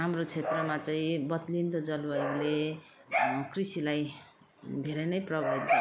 हाम्रो क्षेत्रमा चाहिँ बद्लिँदो जलवायुले कृषिलाई धेरै नै प्रभावित